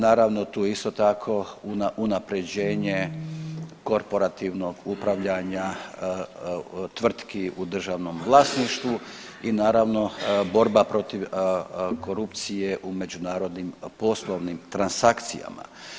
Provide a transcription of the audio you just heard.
Naravno tu je isto tako unapređenje korporativnog upravljanja tvrtki u državnom vlasništvu i naravno borba protiv korupcije u međunarodnim poslovnim transakcijama.